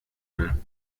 will